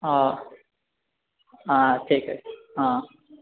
ହଁ ହଁ ଠିକ୍ ଅଛି ହଁ